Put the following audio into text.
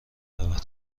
رود